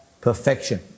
perfection